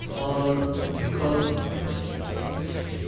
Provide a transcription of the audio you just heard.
or because of the political situation.